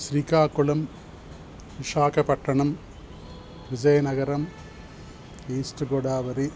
Srikakulam Visakhapatnam Vizianagaram east Godavari